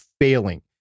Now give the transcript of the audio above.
failing